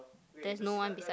there's no one beside